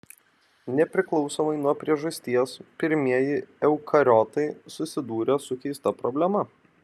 nepriklausomai nuo priežasties pirmieji eukariotai susidūrė su keista problema